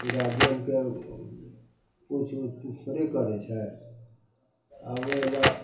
गार्जिअनके पूछ उछ थोड़े करै छै आब ओहिना